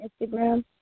Instagram